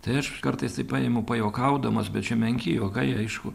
tai aš kartais paimu pajuokaudamas bet čia menki juokai aišku